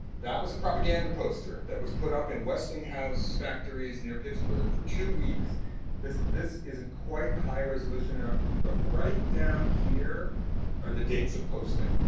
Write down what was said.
that was a propaganda poster that was put up in westinghouse factories near pittsburgh for two weeks this this isn't quite high resolution enough, but right down here are the dates of posting.